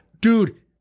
Dude